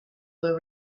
were